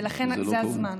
ולכן זה הזמן.